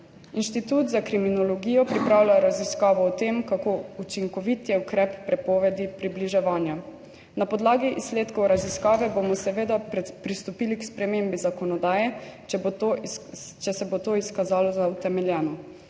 Inštitut za kriminologijo pripravlja raziskavo o tem, kako učinkovit je ukrep prepovedi približevanja. Na podlagi izsledkov raziskave bomo seveda pristopili k spremembi zakonodaje, če se bo to izkazalo za utemeljeno